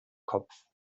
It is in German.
kopf